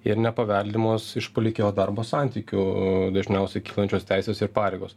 ir nepaveldimos iš palikėjo darbo santykių dažniausiai kylančios teisės ir pareigos